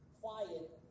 quiet